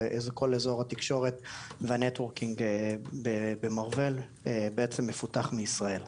זה כל אזור התקשורת והרשתות במארוול בעצם מפותח מישראל.